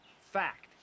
Fact